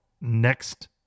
next